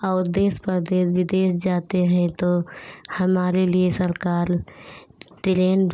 और देश परदेस विदेश जाते हैं तो हमारे लिए सरकार टिरेन